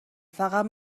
فقط